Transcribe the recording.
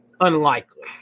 unlikely